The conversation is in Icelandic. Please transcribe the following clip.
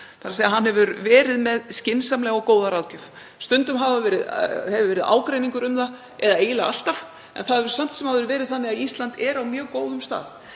farsæl, þ.e. hann hefur verið með skynsamlega og góða ráðgjöf. Stundum hefur verið ágreiningur um það, eða eiginlega alltaf, en samt sem áður hefur það verið þannig að Ísland er á mjög góðum stað.